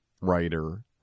writer